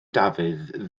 dafydd